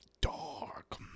Dark